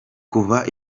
kuva